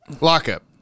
Lockup